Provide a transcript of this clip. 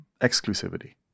exclusivity